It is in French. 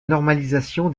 normalisation